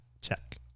check